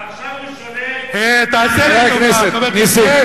אבל עכשיו הוא שולט, תעשה לי טובה, חבר הכנסת זאב.